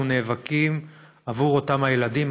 אנחנו נאבקים עבור אותם הילדים,